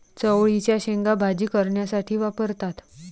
चवळीच्या शेंगा भाजी करण्यासाठी वापरतात